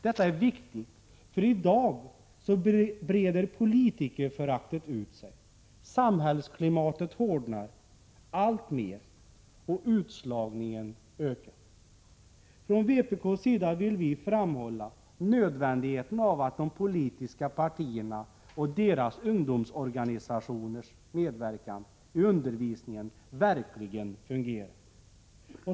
Detta är viktigt, för i dag breder politikerföraktet ut sig, samhällsklimatet hårdnar alltmer och utslagningen ökar. Från vpk:s sida vill vi framhålla hur nödvändigt det är att de politiska partierna och deras ungdomsorganisationers medverkan i undervisningen verkligen fungerar.